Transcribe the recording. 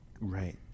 Right